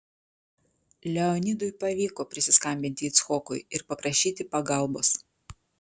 leonidui pavyko prisiskambinti icchokui ir paprašyti pagalbos